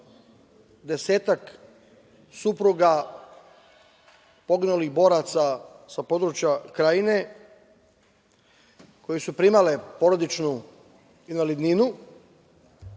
desetak supruga poginulih boraca sa područja Krajine, koje su primale porodičnu invalidninu,